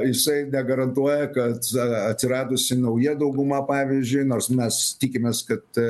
jisai negarantuoja kad aa atsiradusi nauja dauguma pavyzdžiui nors mes tikimės kad